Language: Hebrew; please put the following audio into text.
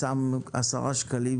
הם שמים 10 שקלים,